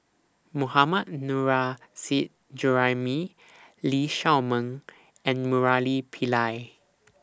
Mohammad Nurrasyid Juraimi Lee Shao Meng and Murali Pillai